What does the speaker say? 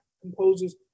composers